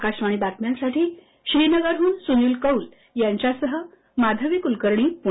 आकाशवाणी बातम्यांसाठी श्रीनगरहून सुनील कौल यांच्यासह माधवी कुलकर्णी पुणे